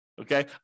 okay